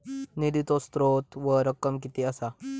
निधीचो स्त्रोत व रक्कम कीती असा?